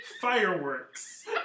Fireworks